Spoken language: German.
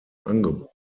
angebot